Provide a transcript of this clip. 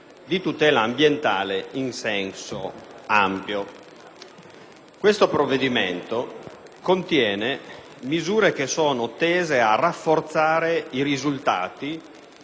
di tutela ambientale in senso ampio. Il provvedimento contiene misure tese a rafforzare i risultati